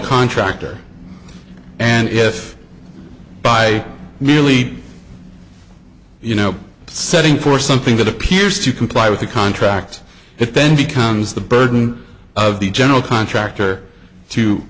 contractor and if by merely you know setting for something that appears to comply with the contract it then becomes the burden of the general contractor to